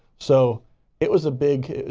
so it was a big,